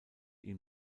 ihm